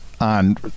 on